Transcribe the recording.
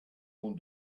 own